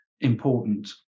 important